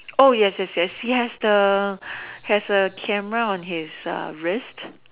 oh yes yes yes yes the has a camera on his the wrist